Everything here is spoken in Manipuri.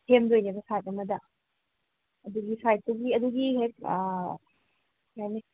ꯁꯦꯝꯗꯣꯏꯅꯦꯕ ꯁꯥꯏꯠ ꯑꯃꯗ ꯑꯗꯨꯒꯤ ꯁꯥꯏꯠꯇꯨꯒꯤ ꯑꯗꯨꯒꯤ ꯍꯦꯛ ꯑꯥ ꯀꯔꯤ ꯍꯥꯏꯅꯤ